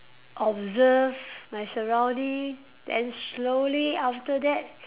observe my surrounding then slowly after that